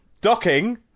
Docking